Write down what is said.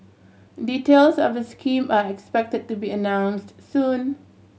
details of the scheme are expected to be announced soon